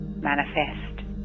Manifest